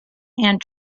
and